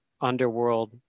underworld